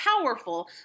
powerful